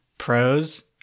pros